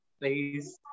please